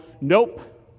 Nope